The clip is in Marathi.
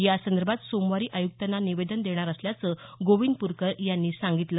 यासंदर्भात सोमवारी आयुक्तांना निवेदन देणार असल्याचं गोविंदपूरकर यांनी सांगितलं